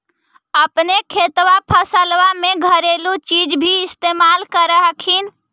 अपने खेतबा फसल्बा मे घरेलू चीज भी इस्तेमल कर हखिन?